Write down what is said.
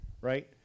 right